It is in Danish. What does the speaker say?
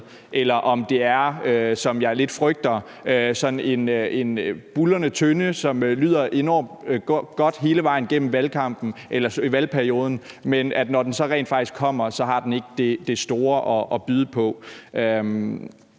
eller om det er, som jeg lidt frygter, sådan en buldrende tønde, som lyder enormt godt igennem hele valgperioden, men når den så rent faktisk kommer, har den ikke det store at byde på.